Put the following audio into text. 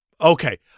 Okay